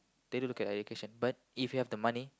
they don't look at education but if you have the money